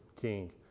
king